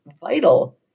vital